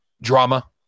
drama